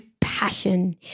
passion